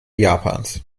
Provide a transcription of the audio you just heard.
japans